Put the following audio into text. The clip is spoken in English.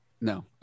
No